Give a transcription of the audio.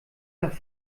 nach